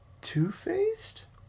Two-faced